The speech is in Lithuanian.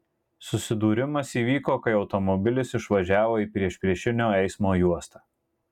susidūrimas įvyko kai automobilis išvažiavo į priešpriešinio eismo juostą